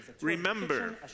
remember